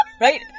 Right